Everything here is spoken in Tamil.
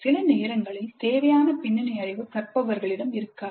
சில நேரங்களில் தேவையான பின்னணி அறிவு கற்பவர்களிடம் இருக்காது